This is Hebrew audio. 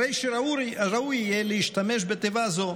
הרי שראוי יהיה להשתמש בתיבה זו,